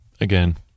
Again